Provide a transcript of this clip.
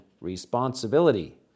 responsibility